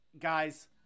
Guys